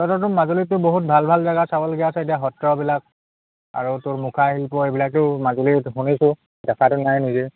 তহঁতৰতো মাজুলীতটো বহুত ভাল ভাল জেগা চাবলগীয়া আছে এতিয়া সত্ৰবিলাক আৰু তোৰ মুখা শিল্প এইবিলাকেও মাজুলীত শুনিছোঁ দেখাটো নাই নিজে